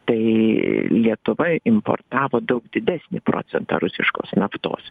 tai lietuva importavo daug didesnį procentą rusiškos naftos